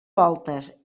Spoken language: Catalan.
voltes